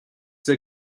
der